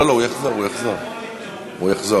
הוא יחזור, הוא יחזור,